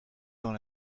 dans